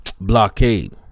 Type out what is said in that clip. blockade